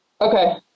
Okay